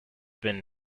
been